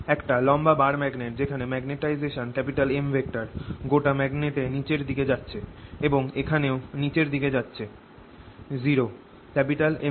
একটা লম্বা bar magnet যেখানে ম্যাগনেটাইজেশান M গোটা ম্যাগনেট এ নিচের দিকে যাচ্ছে এবং এখানেও নিচের দিকে যাচ্ছে 0 M